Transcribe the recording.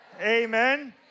Amen